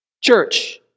church